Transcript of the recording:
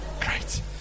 great